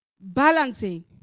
balancing